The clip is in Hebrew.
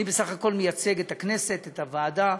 אני בסך הכול מייצג את הכנסת, את הוועדה.